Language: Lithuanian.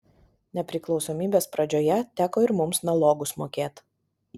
nepriklausomybės pradžioje teko ir mums nalogus mokėt